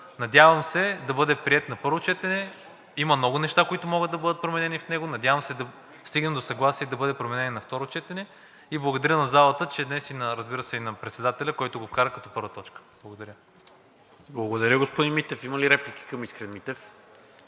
Надявам се да бъде приет на първо четене. Има много неща, които могат да променени в него. Надявам се да стигнем до съгласие да бъде променен и на второ четене и благодаря на залата, разбира се, и на Председателя, който го вкара като първа точка. Благодаря. ПРЕДСЕДАТЕЛ НИКОЛА МИНЧЕВ: Благодаря, господин Митев. Има ли реплики към Искрен Митев?